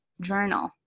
journal